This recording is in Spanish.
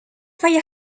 falla